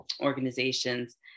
organizations